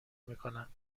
میکنند